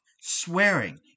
swearing